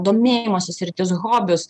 domėjimosi sritis hobius